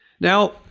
Now